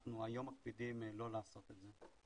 אנחנו היום מקפידים לא לעשות את זה.